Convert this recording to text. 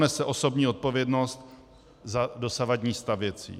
Kdo nese osobní odpovědnost za dosavadní stav věcí?